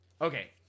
Okay